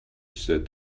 said